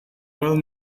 well